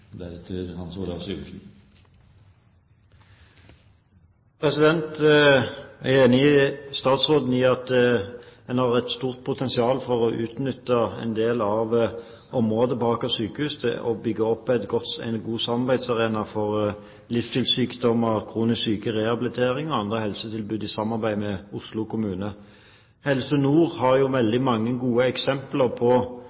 Jeg er enig med statsråden i at en har et stort potensial for å utnytte en del av området på Aker sykehus til å bygge opp en god samarbeidsarena for livsstilssykdommer, kronisk syke, rehabilitering og andre helsetilbud i samarbeid med Oslo kommune. Helse Nord har